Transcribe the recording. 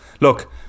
look